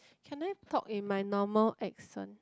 can I talk in my normal accent